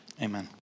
amen